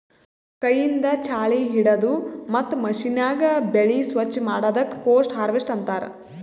ಕೈಯಿಂದ್ ಛಾಳಿ ಹಿಡದು ಮತ್ತ್ ಮಷೀನ್ಯಾಗ ಬೆಳಿ ಸ್ವಚ್ ಮಾಡದಕ್ ಪೋಸ್ಟ್ ಹಾರ್ವೆಸ್ಟ್ ಅಂತಾರ್